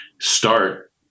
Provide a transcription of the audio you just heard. start